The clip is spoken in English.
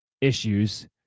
issues